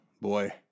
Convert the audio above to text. boy